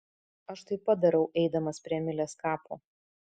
aš taip pat darau eidamas prie emilės kapo